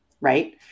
Right